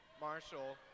Marshall